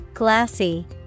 Glassy